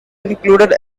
included